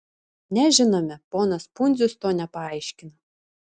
nežinome ponas pundzius to nepaaiškina